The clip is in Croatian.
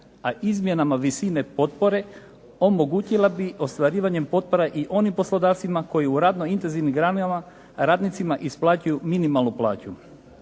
a izmjenama visine potpore omogućila bi ostvarivanjem potpora i onim poslodavcima koji u radno intenzivnim granama radnicima isplaćuju minimalnu plaću.